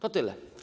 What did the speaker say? To tyle.